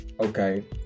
okay